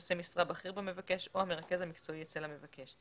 נושא משרה בכיר במבקש או המרכז המקצועי אצל המבקש.